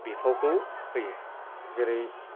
बिफावखौ होयो जेरै